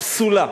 פסולה.